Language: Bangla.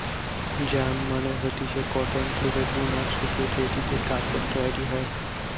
যার্ন মানে হতিছে কটন থেকে বুনা সুতো জেটিতে কাপড় তৈরী হয়